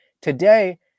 Today